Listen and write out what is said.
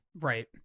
Right